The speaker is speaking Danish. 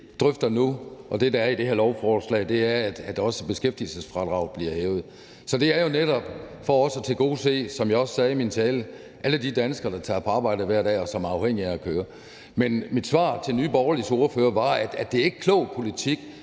drøfter nu, og det, der er i det her lovforslag, er, at også beskæftigelsesfradraget bliver hævet. Og det er jo netop for også at tilgodese – som jeg også sagde i min tale – alle de danskere, der tager på arbejde hver dag, og som er afhængige af at køre. Men mit svar til Nye Borgerliges ordfører var, at det ikke er klog politik